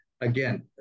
Again